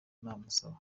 namusaba